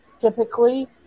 typically